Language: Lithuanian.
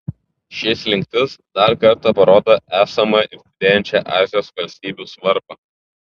ši slinktis dar kartą parodo esamą ir didėjančią azijos valstybių svarbą